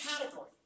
category